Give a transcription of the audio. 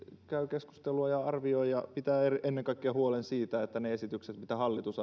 käy keskustelua ja arvioi ja pitää ennen kaikkea huolen siitä että ne esitykset joita hallitus